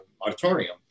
auditorium